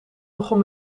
begon